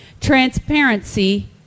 transparency